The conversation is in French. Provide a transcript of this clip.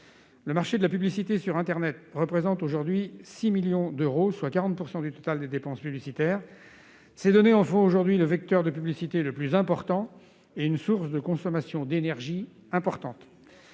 Le marché de la publicité sur internet représente aujourd'hui 6 milliards d'euros, soit 40 % du total des dépenses publicitaires. Ces données en font aujourd'hui un vecteur de publicité majeur et une source de consommation d'énergie importante.